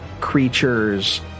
creatures